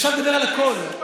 אפשר לדבר על הכול.